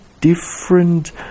different